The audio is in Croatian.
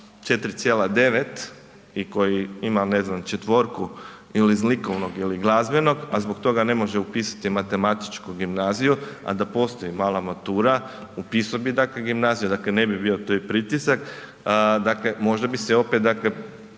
4,9 i koji ima ne znam 4 il iz likovnog ili glazbenog, a zbog toga ne može upisati matematičku gimnaziju, a da postoji mala matura upisao bi dakle gimnaziju, dakle ne bi bio taj pritisak, dakle možda bi se opet dakle